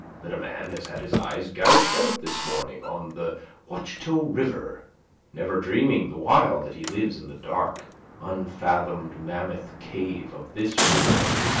that a man has had his eyes gouged out this morning on the wachito so river never dreaming the while that he lives in the dark unfathomed mammoth cave of this world,